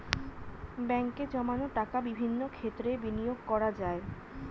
ব্যাঙ্কে জমানো টাকা বিভিন্ন ক্ষেত্রে বিনিয়োগ করা যায়